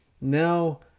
now